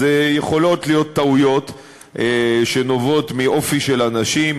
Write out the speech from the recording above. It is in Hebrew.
אז יכולות להיות טעויות שנובעות מאופי של אנשים,